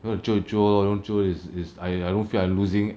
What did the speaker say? you want you jio lor don't want jio is is I don't feel like losing